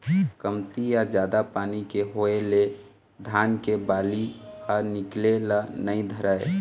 कमती या जादा पानी के होए ले धान के बाली ह निकले ल नइ धरय